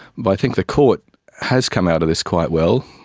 but i think the court has come out of this quite well,